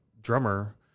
drummer